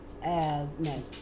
No